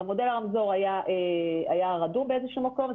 מודל הרמזור היה רדום באיזשהו מקום,